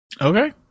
Okay